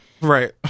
right